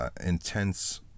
intense